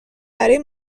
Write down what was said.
برای